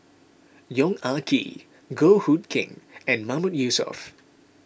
Yong Ah Kee Goh Hood Keng and Mahmood Yusof